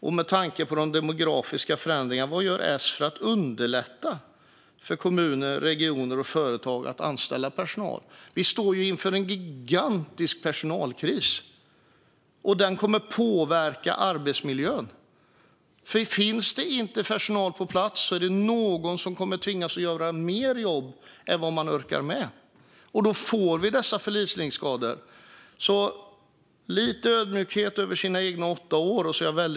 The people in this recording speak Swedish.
Och med tanke på de demografiska förändringarna undrar jag vad S gör för att underlätta för kommuner, regioner och företag att anställa personal. Vi står inför en gigantisk personalkris, och den kommer att påverka arbetsmiljön. Finns inte personal på plats kommer någon att tvingas göra mer jobb än vad man orkar med, och då blir det förslitningsskador. Visa lite mer ödmjukhet över vad som har skett under de egna åtta åren!